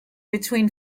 between